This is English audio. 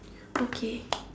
okay